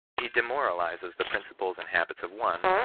he demoralizes the principles and habits of one,